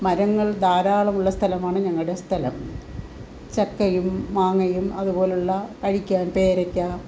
മരങ്ങൾ ധാരാളമുള്ള ഞങ്ങളുടെ സ്ഥലം ചക്കയും മാങ്ങയും അതുപോലെയുള്ള കഴിക്കാൻ പേരയ്ക്ക